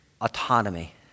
autonomy